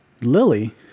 lily